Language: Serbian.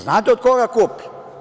Znate od koga kupi?